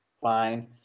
fine